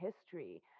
history